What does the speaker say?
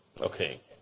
Okay